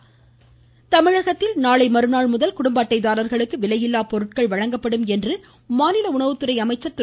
காமராஜ் தமிழகத்தில் நாளை மறுநாள் முதல் குடும்ப அட்டைதாரர்களுக்கு விலையில்லா பொருட்கள் வழங்கப்படும் என மாநில உணவுத்துறை அமைச்சர் திரு